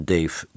Dave